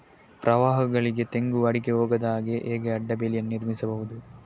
ಪ್ರವಾಹಗಳಿಗೆ ತೆಂಗು, ಅಡಿಕೆ ಹೋಗದ ಹಾಗೆ ಹೇಗೆ ಅಡ್ಡ ಬೇಲಿಯನ್ನು ನಿರ್ಮಿಸಬಹುದು?